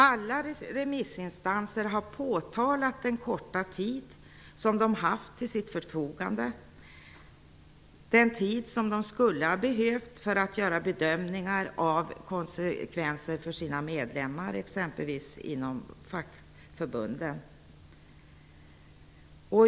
Alla remissinstanser har påtalat den korta tid som de har haft till sitt förfogande. De skulle ha behövt mer tid för att göra bedömningar av konsekvenserna för sina medlemmar, exempelvis inom fackförbunden.